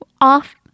off